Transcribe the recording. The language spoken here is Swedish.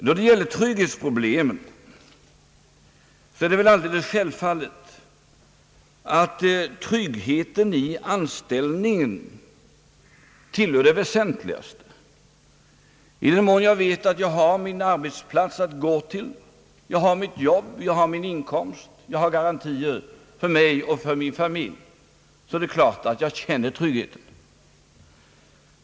Då det gäller trygghetsproblemen är det väl alldeles självfallet att trygghet i anställningen tillhör det väsentligaste. I den mån jag vet att jag har min arbetsplats att gå till, att jag har mitt jobb, min inkomst och garantier för mig och för min familj, är det klart att jag känner trygghet.